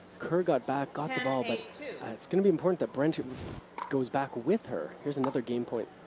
kerr got back, got the ball, but it's gonna be important that brent goes back with her. here's another game point.